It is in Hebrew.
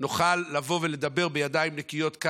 נוכל לבוא ולדבר בידיים נקיות כאן,